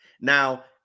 Now